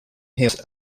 hills